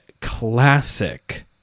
classic